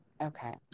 okay